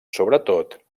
sobretot